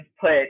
put